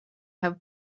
have